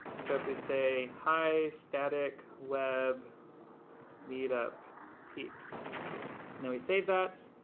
so if we say, hi static web meetup peeps and then we save that,